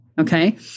Okay